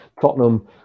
Tottenham